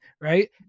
Right